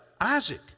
Isaac